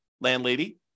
landlady